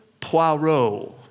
Poirot